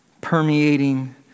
permeating